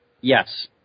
Yes